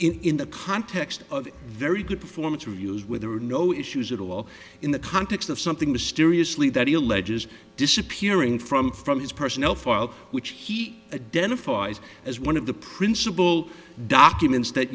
is in the context of very good performance reviews where there were no issues at all in the context of something mysteriously that he alleges disappearing from from his personnel file which he a den of for us as one of the principal documents that